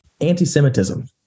anti-Semitism